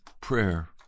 prayer